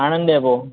Anand depot